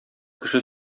кеше